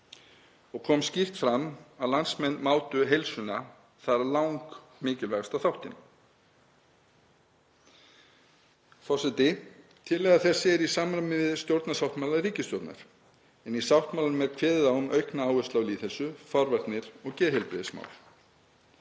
og kom skýrt fram að landsmenn mátu heilsuna þar langmikilvægasta þáttinn. Forseti. Tillaga þessi er í samræmi við stjórnarsáttmála ríkisstjórnar. Í sáttmálanum er kveðið á um aukna áherslu á lýðheilsu, forvarnir og geðheilbrigðismál.